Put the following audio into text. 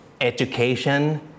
education